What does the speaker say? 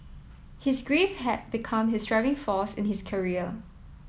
his grief had become his driving force in his career